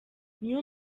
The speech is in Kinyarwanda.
new